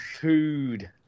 food